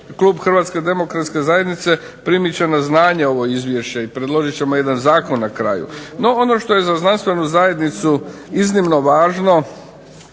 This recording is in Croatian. Klub Hrvatske demokratske zajednice primiti će na znanje ovo Izvješće i predložit ćemo jedan Zakon na kraju. NO ono što je za znanstvenu zajednicu iznimno važno